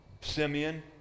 Simeon